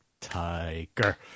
tiger